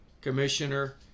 Commissioner